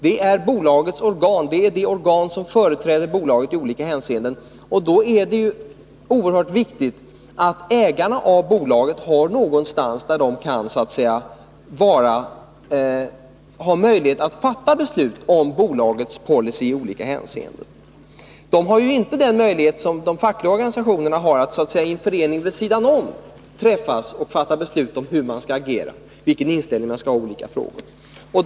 Det är det organ som företräder bolaget i olika hänseenden, och då är det ju oerhört viktigt att ägarna av bolaget har någonstans där de så att säga har möjlighet att fatta beslut om bolagets policy i olika hänseenden. De har inte den möjlighet som de fackliga organisationerna har att i en förening vid sidan om träffas och fatta beslut om hur man skall agera och vilken inställning man skall hai olika frågor.